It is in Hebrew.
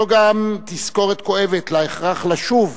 זו גם תזכורת כואבת להכרח לשוב